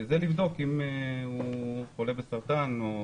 כדי לבדוק אם הוא חלילה חולה בסרטן.